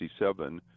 1967